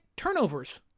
turnovers